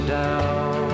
down